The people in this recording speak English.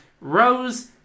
Rose